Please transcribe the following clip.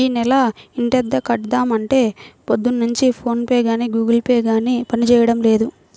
యీ నెల ఇంటద్దె కడదాం అంటే పొద్దున్నుంచి ఫోన్ పే గానీ గుగుల్ పే గానీ పనిజేయడం లేదు